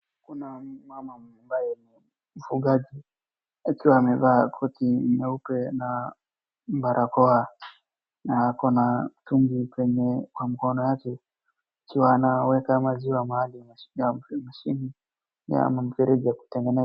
Kuna mama ambaye ni mfugaji akiwa amevaa koti nyeupe na barakoa na ako na mtungi kwenye kwa mkono yake akiwa anaweka maziwa mahali au mashini ama mfereji ya kutengeneza.